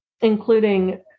including